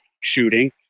shooting